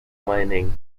mining